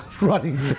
running